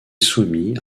soumis